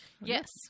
Yes